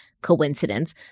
coincidence